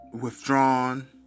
withdrawn